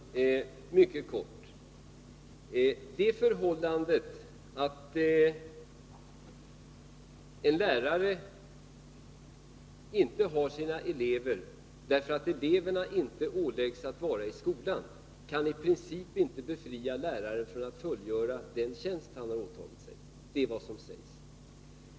Herr talman! Jag skall fatta mig mycket kort. Det förhållandet att en lärare inte har sina elever därför att eleverna inte åläggs att vara i skolan kan i princip inte befria läraren från att fullgöra den tjänst som han har åtagit sig. Det är vad som sägs.